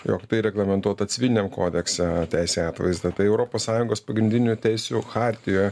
jog tai reglamentuota civiliniam kodekse teisė atvaizdą tai europos sąjungos pagrindinių teisių chartijoj